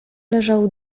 leżał